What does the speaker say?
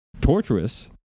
torturous